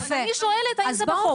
אני שואלת האם זה בחוק?